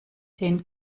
den